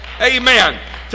Amen